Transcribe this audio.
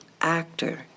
actor